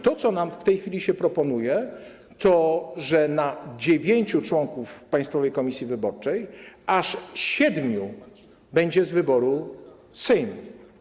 To, co nam w tej chwili się proponuje, to że na dziewięciu członków Państwowej Komisji Wyborczej aż siedmiu będzie powołanych z wyboru Sejmu.